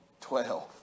Twelve